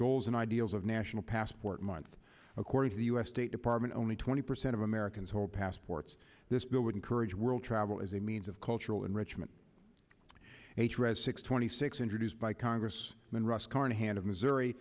goals and ideals of national passport month according to the u s state department only twenty percent of americans hold passports this bill would encourage world travel as a means of cultural enrichment a threat six twenty six introduced by congress and russ carnahan of missouri